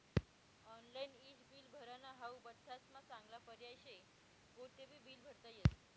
online ईज bill भरनं हाऊ बठ्ठास्मा चांगला पर्याय शे, कोठेबी बील भरता येस